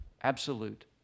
absolute